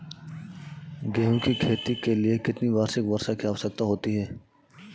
गेहूँ की खेती के लिए कितनी वार्षिक वर्षा की आवश्यकता होती है?